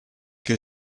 che